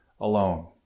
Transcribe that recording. alone